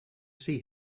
see